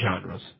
genres